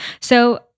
So-